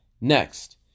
Next